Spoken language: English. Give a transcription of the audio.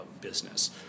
business